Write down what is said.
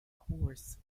horse